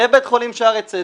לבית חולים שערי צדק,